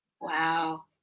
Wow